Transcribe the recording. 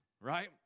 right